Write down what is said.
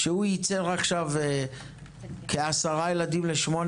כשמרכז המדעים שלנו ייצר עכשיו לראשונה כעשרה ילדים ל-81,